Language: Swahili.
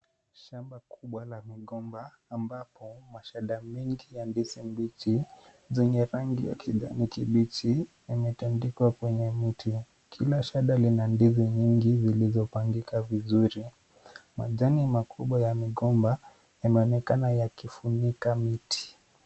Shamba kubwa la migomba ambapo mashada mengi ya ndizi mbichi zenye rangi ya kijani kibichi yametandikwa kwenye miti. Kila shada lina ndizi mingi zilizopangika vizuri. Majani makubwa ya migomba yameonekana yakifunika miti.